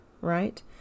right